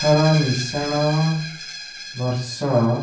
ଅଠର ମିଶାଣ ବର୍ଷ